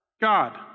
God